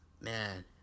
man